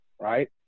right